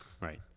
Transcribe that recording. Right